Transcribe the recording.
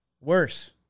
Worse